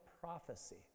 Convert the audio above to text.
prophecy